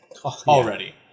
already